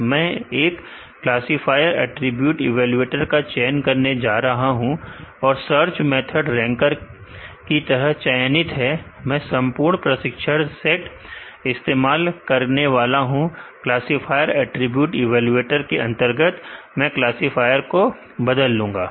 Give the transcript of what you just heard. मैं एक classifier attribute evaluator का चयन करने जा रहा हूं और सर्च मेथड रैंकर की तरह चयनित है मैं संपूर्ण प्रशिक्षण सेट इस्तेमाल करने वाला हूं क्लासीफायर अटरीब्यूट इवेलुएटर के अंतर्गत मैं क्लासीफायर को बदल लूंगा